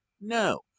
No